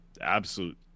absolute